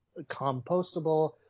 compostable